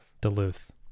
Duluth